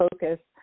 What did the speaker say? focus